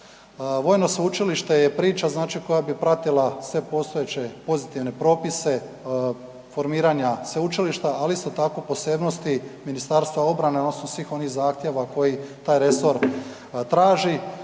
Vojno sveučilište je priča znači, koja bi pratila sve postojeće pozitivne propise, formiranja sveučilišta, ali isto tako, posebnosti Ministarstva obrane odnosno svih onih zahtjeva koji taj resor traži.